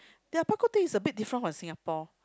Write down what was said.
their Bak-kut-teh is a bit different from Singapore